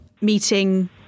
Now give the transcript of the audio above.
meeting